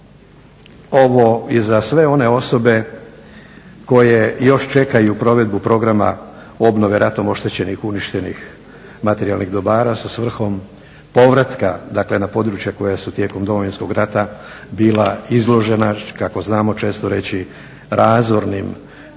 ovo i za sve one osobe koje još čekaju provedbu programa obnove ratom oštećenih, uništenih materijalnih dobara sa svrhom povratka dakle na područja koja su tijekom Domovinskog rata bila izložena kako znamo često reći razornim i istinito